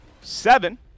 seven